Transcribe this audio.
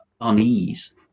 unease